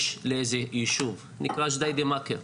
יש לאיזה ישוב נקרא ג'דידה מכר,